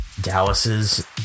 Dallas's